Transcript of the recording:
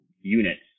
units